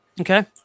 Okay